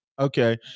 Okay